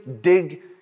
dig